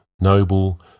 noble